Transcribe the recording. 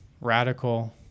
radical